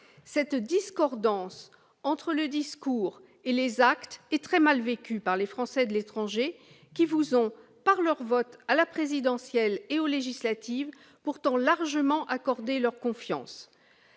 Cette discordance entre le discours et les actes est très mal vécue par les Français de l'étranger, qui vous ont pourtant, par leur vote à l'élection présidentielle et aux législatives, largement accordé leur confiance.